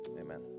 Amen